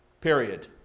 period